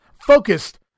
focused